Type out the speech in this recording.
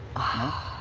ah.